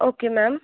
okay ma'am